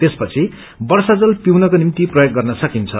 त्यपछि वर्षाजल पिउनको निम्ति प्रयोग गर्न सकिन्छ